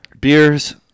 Beers